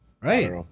Right